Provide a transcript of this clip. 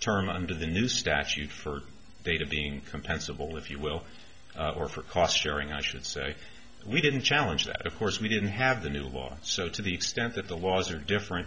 term under the new statute for beta being compensable if you will or for cost sharing i should say we didn't challenge that of course we didn't have the new law so to the extent that the laws are different